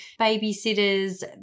babysitters